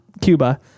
Cuba